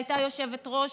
הייתה יושבת-ראש